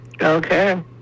Okay